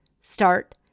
start